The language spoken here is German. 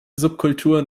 subkulturen